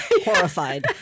Horrified